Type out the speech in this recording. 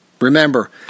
Remember